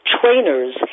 trainers